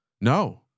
No